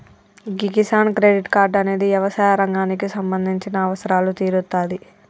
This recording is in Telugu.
గీ కిసాన్ క్రెడిట్ కార్డ్ అనేది యవసాయ రంగానికి సంబంధించిన అవసరాలు తీరుత్తాది